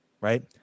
right